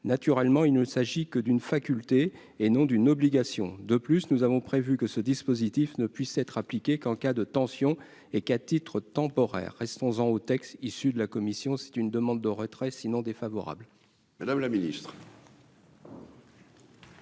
naturellement, il ne s'agit que d'une faculté et non d'une obligation de plus, nous avons prévu que ce dispositif ne puisse être appliquée qu'en cas de tension et qu'à titre temporaire, restons-en au texte issu de la commission, c'est une demande de retrait sinon défavorable.